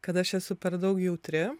kad aš esu per daug jautri